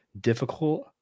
difficult